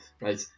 right